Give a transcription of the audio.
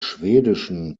schwedischen